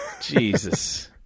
Jesus